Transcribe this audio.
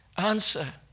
Answer